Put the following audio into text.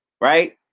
right